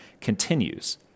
continues